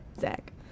Zach